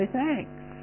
thanks